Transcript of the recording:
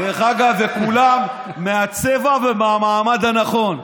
ודרך אגב, כולם מהצבע ומהמעמד הנכון.